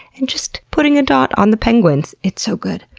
and just putting a dot on the penguins. it's so good.